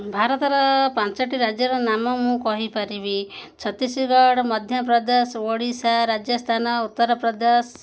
ଭାରତର ପାଞ୍ଚଟି ରାଜ୍ୟର ନାମ ମୁଁ କହିପାରିବି ଛତିଶଗଡ଼ ମଧ୍ୟପ୍ରଦେଶ ଓଡ଼ିଶା ରାଜସ୍ଥାନ ଉତ୍ତରପ୍ରଦେଶ